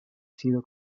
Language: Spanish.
sido